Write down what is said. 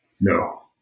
No